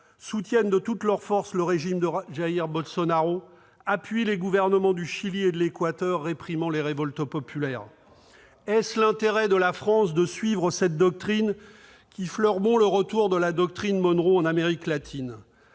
soutiennent de toutes leurs forces le régime de Jair Bolsonaro, appuient les gouvernements du Chili et de l'Équateur réprimant les révoltes populaires. Est-ce l'intérêt de la France de suivre cette doctrine qui fleure bon le retour de la « doctrine Monroe » en Amérique latine ?